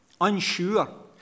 unsure